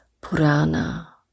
Purana